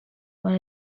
one